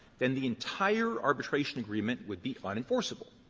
then the entire arbitration agreement would be unenforceable.